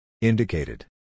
Indicated